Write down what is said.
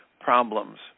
problems